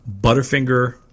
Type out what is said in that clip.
Butterfinger